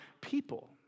people